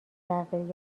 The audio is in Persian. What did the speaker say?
تغییر